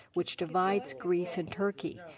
which divides greece and turkey.